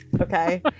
okay